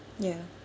ya